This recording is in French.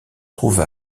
trouve